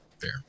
Fair